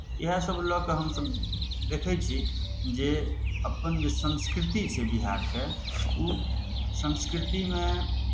इएहसभ लऽ कऽ हमसभ देखै छी जे अपन जे संस्कृति छै बिहारके ओ संस्कृतिमे